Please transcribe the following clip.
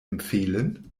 empfehlen